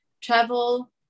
travel